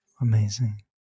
Amazing